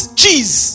cheese